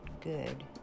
good